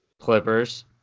Clippers